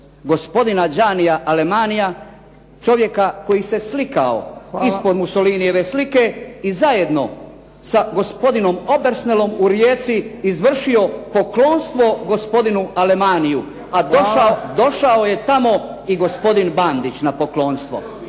gospodina Giannia Alemannija čovjeka koji se slikao ispod Mussolinijeve slike i zajedno sa gospodinom Obersnelom u Rijeci izvršio poklonstvo gospodinu Alemanniju, a došao je tamo i gospodin Bandić na poklonstvo.